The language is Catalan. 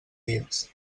dies